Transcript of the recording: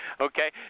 Okay